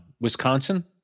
Wisconsin